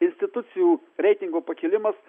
institucijų reitingo pakilimas